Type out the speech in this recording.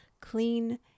clean